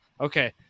Okay